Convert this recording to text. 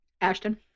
Ashton